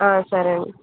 సరేను